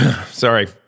Sorry